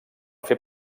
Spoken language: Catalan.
fer